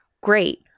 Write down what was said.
great